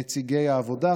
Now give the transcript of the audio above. נציגי העבודה,